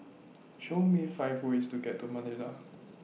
Show Me five ways to get to Manila